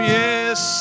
yes